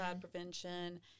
prevention